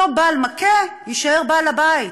אותו בעל מכה יישאר בעל-הבית,